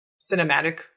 cinematic